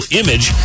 image